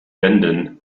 wänden